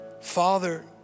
Father